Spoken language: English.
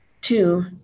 Two